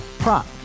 Prop